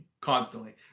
Constantly